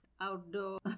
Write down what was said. outdoor